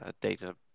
data